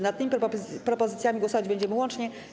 Nad tymi propozycjami głosować będziemy łącznie.